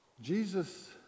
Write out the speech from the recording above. Jesus